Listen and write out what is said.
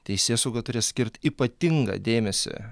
teisėsauga turi skirti ypatingą dėmesį